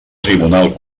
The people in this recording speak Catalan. tribunal